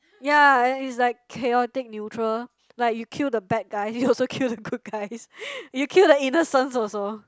ya and it's like chaotic neutral like you kill the bad guy you also kill the good guys you kill the innocents also